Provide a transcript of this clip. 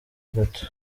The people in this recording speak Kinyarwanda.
gato